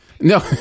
No